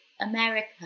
America